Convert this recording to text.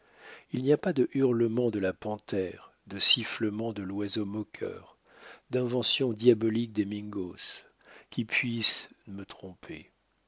il n'y a pas de hurlement de la panthère de sifflement de l'oiseaumoqueur d'invention diabolique des mingos qui puisse me tromper